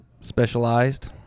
specialized